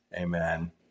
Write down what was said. amen